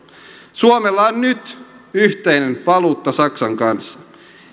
suomella on nyt yhteinen valuutta saksan kanssa